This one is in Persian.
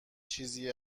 چیزی